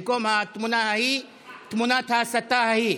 במקום התמונה ההיא, תמונת ההסתה ההיא,